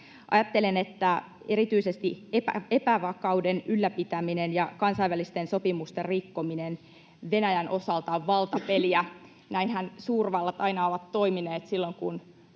Ajattelen, että erityisesti epävakauden ylläpitäminen ja kansainvälisten sopimusten rikkominen Venäjän osalta ovat valtapeliä. Näinhän suurvallat aina ovat toimineet silloin, kun